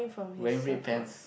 wearing red pants